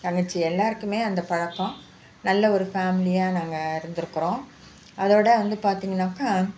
தங்கச்சி எல்லாருக்குமே அந்த பழக்கம் நல்ல ஒரு ஃபேமிலியாக நாங்கள் இருந்துருக்குறோம் அதோட வந்து பார்த்திங்னாக்கா